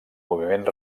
moviment